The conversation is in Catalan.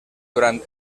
durant